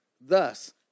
Thus